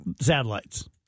satellites